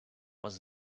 was